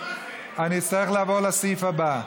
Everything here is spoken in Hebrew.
אני אצטרך לעבור לסעיף הבא.